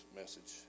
message